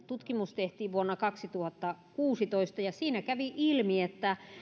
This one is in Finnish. tutkimus tehtiin vuonna kaksituhattakuusitoista ja siinä kävi ilmi että